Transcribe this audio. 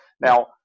Now